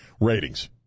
Ratings